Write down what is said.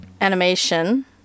animation